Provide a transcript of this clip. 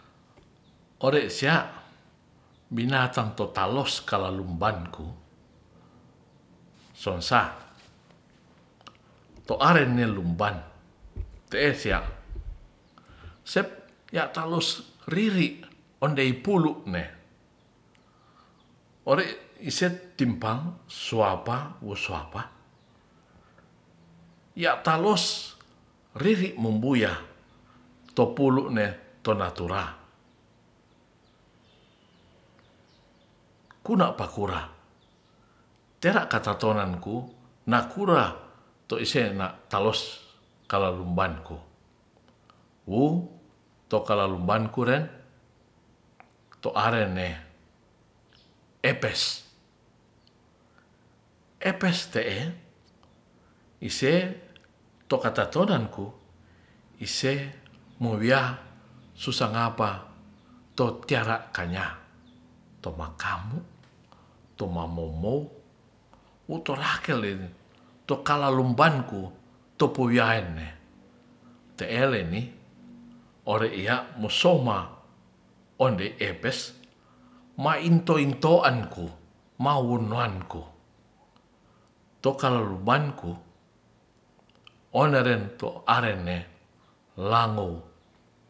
Ore' sia binatang totalos kalalumbanku sosa toaren ne luamban te'ere sia sep ya talos riri' ondei pulu'ne ore ise timpang suapa wo suapa ya'talos riri' mombuya topulu te tonatura puna pakura tera katatonanku nakura to ise na' talos kalalumbanku wu tu kalalumbanku ren toarene epes epes te'e ise to katatonanku ise mowiya sungapa to tiara kanya tomakamu toma momou we torakel to kalalumbanku topowinmu te'e leni ore iya mosoma onde epes mainto intoanku mawononuanku tokalalumbanku oneren to arene langou.